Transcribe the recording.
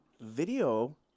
video